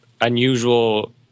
unusual